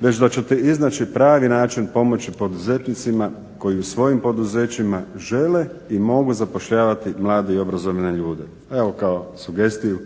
već da ćete iznaći pravi način pomoći poduzetnicima koji u svojim poduzećima žele i mogu zapošljavati mlade i obrazovne ljude. Evo kao sugestiju